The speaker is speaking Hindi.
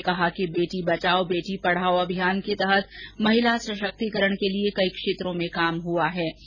उन्होंने कहा कि बेटी बचाओ बेटी पढाओ अभियान के तहत महिला शक्तिकरण के लिए कई क्षेत्रों में काम हुआ है